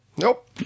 Nope